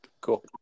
cool